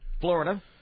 Florida